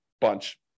bunch